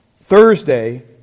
Thursday